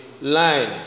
line